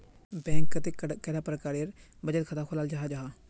Bank कतेक कैडा प्रकारेर बचत खाता खोलाल जाहा जाहा?